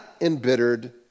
embittered